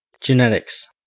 Genetics